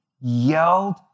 yelled